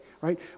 right